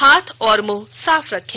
हाथ और मुंह साफ रखें